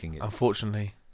unfortunately